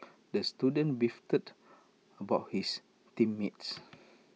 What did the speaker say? the student beefed about his team mates